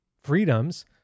freedoms